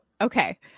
okay